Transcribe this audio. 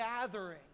gathering